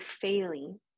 failing